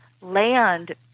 land